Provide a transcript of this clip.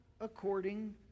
according